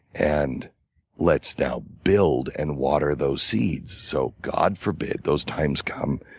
and let's now build and water those seeds so god forbid, those times come,